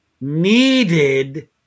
needed